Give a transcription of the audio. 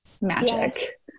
magic